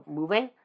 moving